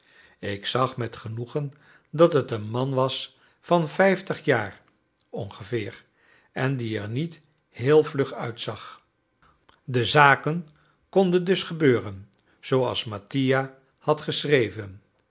ik zag met genoegen dat het een man was van vijftig jaar ongeveer en die er niet heel vlug uitzag de zaken konden dus gebeuren zooals mattia had geschreven